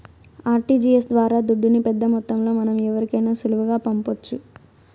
RTGS ద్వారా దుడ్డుని పెద్దమొత్తంలో మనం ఎవరికైనా సులువుగా పంపొచ్చు